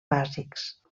bàsics